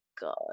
god